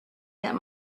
that